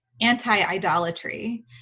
anti-idolatry